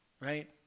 right